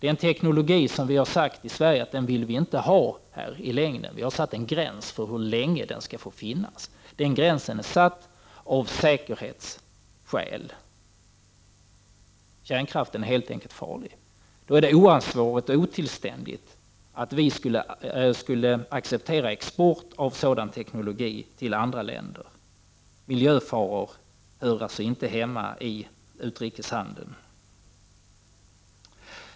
Vi har i Sverige sagt att vi inte i längden vill ha denna teknologi; vi har av säkerhetsskäl satt en gräns för hur länge den skall få finnas. Kärnkraften är helt enkelt farlig. Det vore oansvarigt och otillständigt om vi skulle acceptera export av sådan teknologi till andra länder. Miljöfaror hör alltså inte hemma i utrikeshandeln.